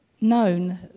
known